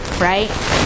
Right